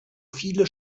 viele